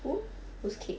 who whose kid